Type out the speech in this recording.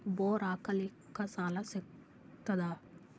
Bore ಹಾಕಲಿಕ್ಕ ಸಾಲ ಸಿಗತದ?